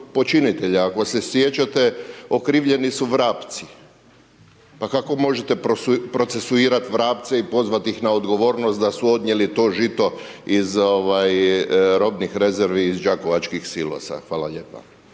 ako se sjećate okrivljeni su vrapci. Pa kako možete procesuirat vrapce i pozvat ih na odgovornost da su odnijeli to žito iz ovaj robnih rezervi iz Đakovačkih silosa. Hvala lijepa.